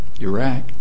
Iraq